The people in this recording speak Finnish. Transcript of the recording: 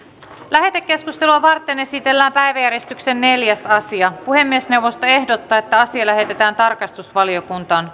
lähetekeskustelua varten esitellään päiväjärjestyksen neljäs asia puhemiesneuvosto ehdottaa että asia lähetetään tarkastusvaliokuntaan